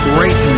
Great